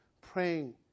praying